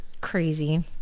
crazy